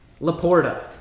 Laporta